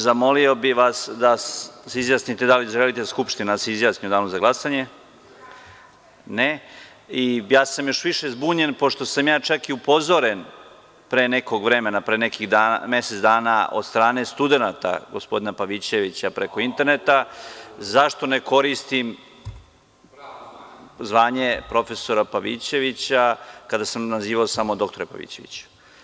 Zamolio bih vas da se izjasnite da li želite da se skupština izjasni u danu za glasanje? (Ne) Ja sam još više zbunjen, pošto sam čak i upozoren pre nekog vremena, pre nekih mesec dana, od strane studenata gospodina Pavićevića preko interneta, zašto ne koristim zvanje „profesora“ Pavićevića, kada sam nazivao samo doktore Pavićeviću.